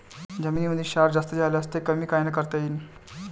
जमीनीमंदी क्षार जास्त झाल्यास ते कमी कायनं करता येईन?